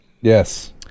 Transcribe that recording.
Yes